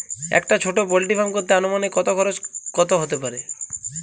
একটা ছোটো poultry farm করতে আনুমানিক কত খরচ কত হতে পারে?